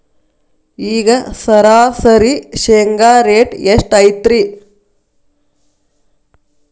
ಈಗ ಸರಾಸರಿ ಶೇಂಗಾ ರೇಟ್ ಎಷ್ಟು ಐತ್ರಿ?